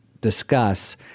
discuss